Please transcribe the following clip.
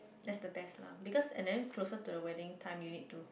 that's the best lah because and then closer to the weeding time you need to